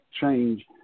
change